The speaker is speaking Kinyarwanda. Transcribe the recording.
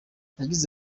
yagize